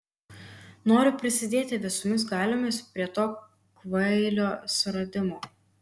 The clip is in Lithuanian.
noriu prisidėti visomis galiomis prie to kvailio suradimo